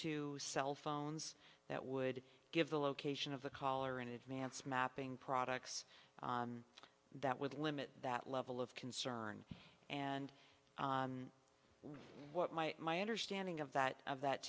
two cell phones that would give the location of the collar in advance mapping products that would limit that level of concern and what my understanding of that of that